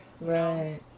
Right